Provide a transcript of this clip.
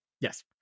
Yes